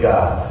God